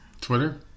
Twitter